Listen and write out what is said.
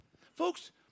Folks